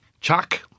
Chuck